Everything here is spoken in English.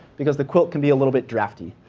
because the quilt can be a little bit drafty.